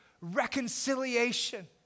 reconciliation